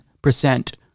percent